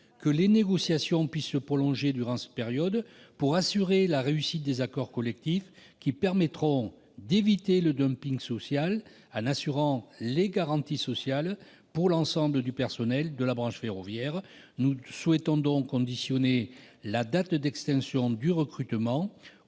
que les négociations puissent se prolonger durant cette période pour assurer la réussite des accords collectifs qui permettront d'éviter le dumping social, en assurant les garanties sociales pour l'ensemble du personnel de la branche ferroviaire. Nous souhaitons donc conditionner la date d'extinction du recrutement